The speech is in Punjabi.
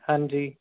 ਹਾਂਜੀ